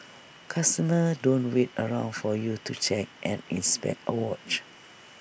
customers don't wait around for you to check and inspect A watch